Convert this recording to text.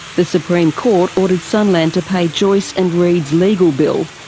the supreme court ordered sunland to pay joyce and reed's legal bill.